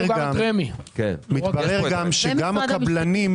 לדיון הבא